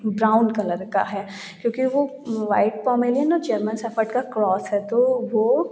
brown colour का है क्योंकि वह वाइट पोमेरेनियन जर्मन शेफर्ड का क्रॉस है तो वह